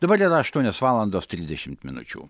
dabar yra aštuonios valandos trisdešimt minučių